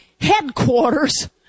headquarters